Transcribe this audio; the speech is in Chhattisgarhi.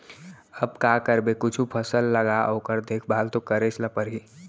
अब का करबे कुछु फसल लगा ओकर देखभाल तो करेच ल परही